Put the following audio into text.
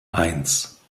eins